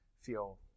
feel